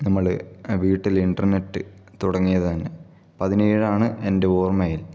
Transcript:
നമ്മള് വീട്ടില് ഇന്റർനെറ്റ് തുടങ്ങിയത് തന്നെ പതിനേഴാണ് എന്റെ ഓർമ്മയിൽ